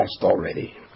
already